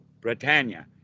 Britannia